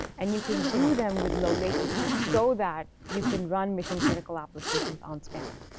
and you can do them with low latency so that you can run mission-critical applications on spanner.